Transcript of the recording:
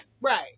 Right